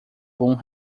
bom